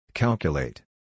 Calculate